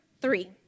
three